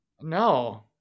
no